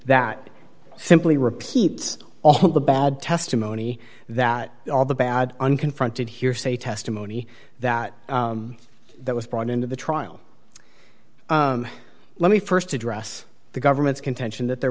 that simply repeats all the bad testimony that all the bad unconfronted hearsay testimony that that was brought into the trial let me st address the government's contention that there